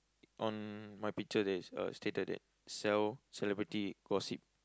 on my picture there is uh stated that sell celebrity gossip